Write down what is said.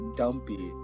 dumpy